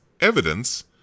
evidence